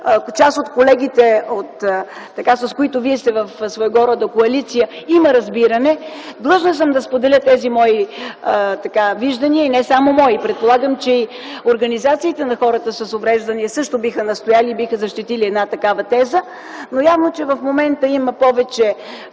част от колегите, с които вие сте в своего рода коалиция, има разбиране. Длъжна съм да споделя тези мои виждания, и не само мои. Предполагам, че и организациите на хората с увреждания също биха настояли и биха защитили една такава теза, но явно, че в момента има повече